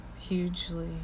hugely